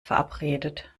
verabredet